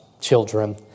children